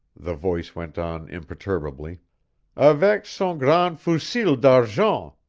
the voice went on imperturbably avec son grand fusil d'argent,